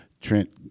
Trent